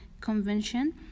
Convention